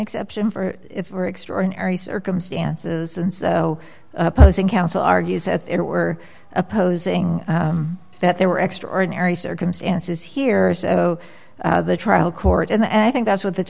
exception for if for extraordinary circumstances and so opposing counsel argues that they were opposing that there were extraordinary circumstances here so the trial court and i think that's what th